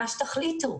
מה שתחליטו.